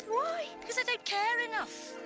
why? because i don't care enough.